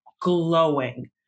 glowing